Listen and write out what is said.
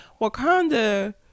Wakanda